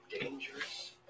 dangerous